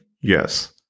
yes